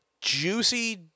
juicy